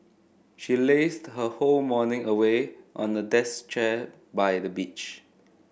she lazed her whole morning away on a decks chair by the beach